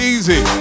Easy